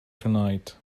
tonight